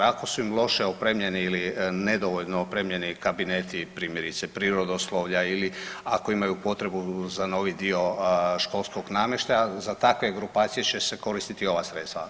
Ako su im loše opremljeni ili nedovoljno opremljeni kabineti primjerice prirodoslovlja ili ako imaju potrebu zanoviti školskog namještaja za takve grupacije će se koristiti ova sredstva.